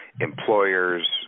employers